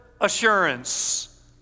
assurance